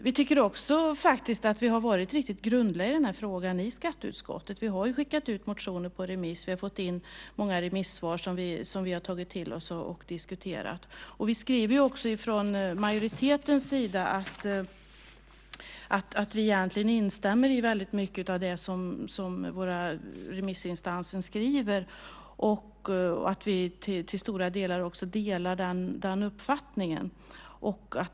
Vi tycker faktiskt också att vi har varit riktigt grundliga i den här frågan i skatteutskottet. Vi har ju skickat ut motioner på remiss. Vi har fått in många remissvar som vi har tagit till oss och diskuterat. Vi skriver också från majoritetens sida att vi egentligen instämmer i väldigt mycket av det som våra remissinstanser skriver och att vi till stora delar också delar den uppfattningen.